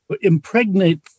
impregnate